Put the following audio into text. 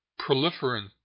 proliferant